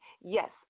Yes